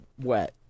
wet